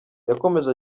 yakomeje